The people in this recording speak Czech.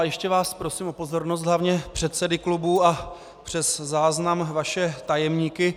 Ještě vás prosím o pozornost, hlavně předsedy klubů a přes záznam vaše tajemníky.